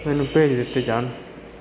ਮੈਨੂੰ ਭੇਜ ਦਿੱਤੇ ਜਾਣ